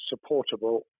supportable